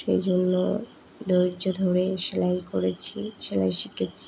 সেই জন্য ধৈর্য ধরে সেলাই করেছি সেলাই শিখেছি